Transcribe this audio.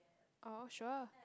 oh sure